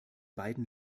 beiden